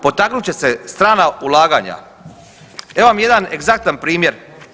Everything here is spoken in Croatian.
Potaknut će se strana ulaganja, evo vam jedan egzaktan primjer.